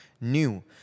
new